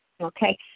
Okay